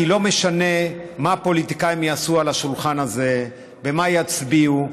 כי לא משנה מה הפוליטיקאים יעשו ליד השולחן הזה ומה יצביעו,